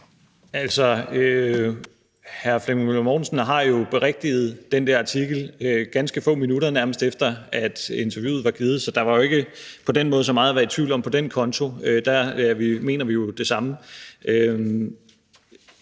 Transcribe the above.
(S): Udviklingsministeren har jo berigtiget den der artikel, nærmest ganske få minutter efter at interviewet var givet, så der var ikke på den måde så meget at være i tvivl om på den konto. Der mener vi jo det samme.